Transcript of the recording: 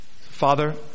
Father